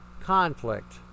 conflict